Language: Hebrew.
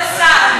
לא, זה אצל השר.